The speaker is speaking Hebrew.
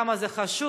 כמה זה חשוב,